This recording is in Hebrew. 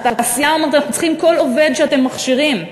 שהתעשייה אומרת "אנחנו צריכים כל עובד שאתם מכשירים".